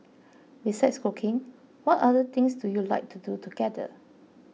besides cooking what other things do you like to do together